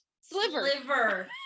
Sliver